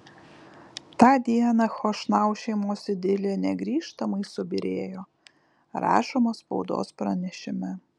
tą dieną chošnau šeimos idilė negrįžtamai subyrėjo rašoma spaudos pranešime